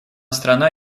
страна